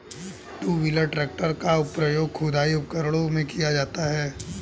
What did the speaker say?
to wheeler tractor का प्रयोग खुदाई उपकरणों में किया जाता हैं